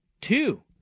Two